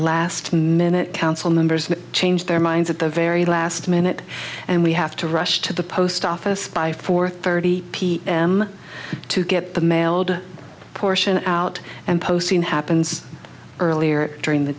last minute council members change their minds at the very last minute and we have to rush to the post office by four thirty pm to get the mailed portion out and posting happens earlier during the